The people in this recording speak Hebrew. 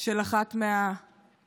של אחת מהקורבנות: